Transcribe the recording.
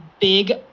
big